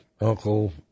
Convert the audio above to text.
uncle